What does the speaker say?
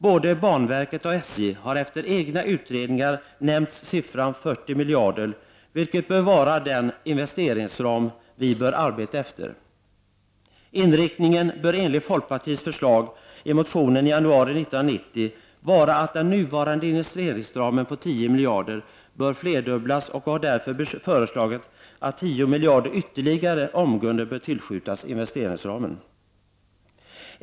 Både banverket och SJ har efter egna utredningar nämnt siffran 40 miljarder kronor, vilket bör vara den investeringsram vi bör arbeta efter. Inriktningen bör enligt folkpartiets förslag i motionen i januari 1990 vara att den nuvarande investeringsramen på 10 miljarder bör flerdubblas och har därför föreslagit att ytterligare 10 miljarder omgående bör tillskjutas investeringsramen.